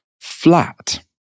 flat